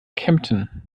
kempten